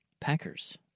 Packers